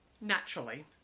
Naturally